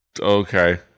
okay